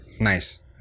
Nice